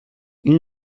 این